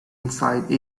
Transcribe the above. inside